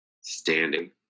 standing